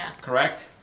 correct